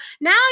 now